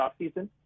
offseason